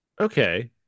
okay